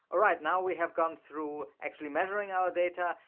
alright now we have gone through actually measuring our data,